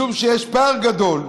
משום שיש פער גדול,